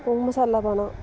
ओह् मसाला पाना